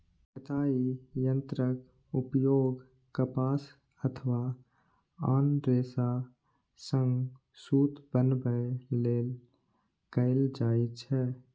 कताइ यंत्रक उपयोग कपास अथवा आन रेशा सं सूत बनबै लेल कैल जाइ छै